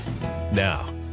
Now